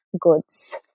goods